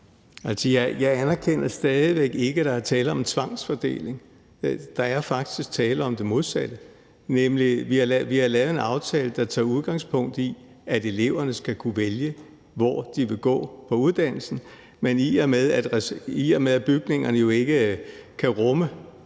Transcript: jeg anerkender stadig væk ikke, at der er tale om en tvangsfordeling. Der er faktisk tale om det modsatte, nemlig at vi har lavet en aftale, der tager udgangspunkt i, at eleverne skal kunne vælge, hvor de vil gå på uddannelsen, men i og med at bygningerne jo ikke kan rumme